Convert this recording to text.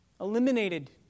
eliminated